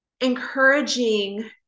encouraging